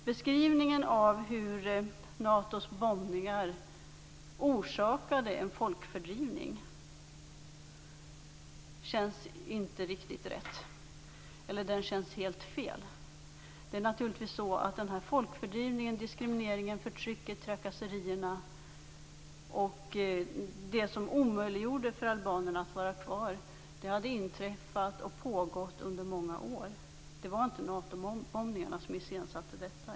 Beskrivningen av hur Natos bombningar orsakade en folkfördrivning känns helt fel. Det är naturligtvis så att folkfördrivningen, diskrimineringen, förtrycket, trakasserierna och det som omöjliggjorde för albanerna att vara kvar hade inträffat och pågått under många år. Det var inte Natobombningarna som iscensatte allt detta.